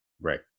Right